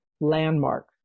landmark